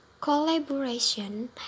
Collaboration